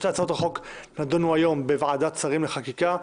שתי הצעות החוק נדונו היום בוועדת שרים לחקיקה.